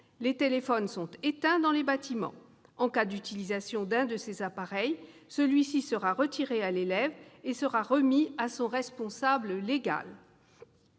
les téléphones sont éteints dans les bâtiments. En cas d'utilisation d'un de ces appareils, celui-ci sera retiré à l'élève et sera remis à son responsable légal.